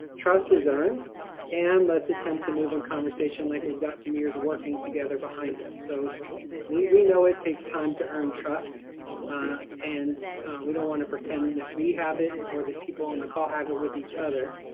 trust is earned and let's attempt to move in conversation like we've got some years working together behind us. so we we know it takes time to earn trust and we don't want to pretend that we have it or the people on the call have it with each other.